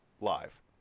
live